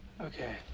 Okay